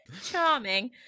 Charming